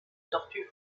tortue